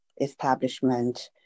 establishment